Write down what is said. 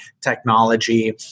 technology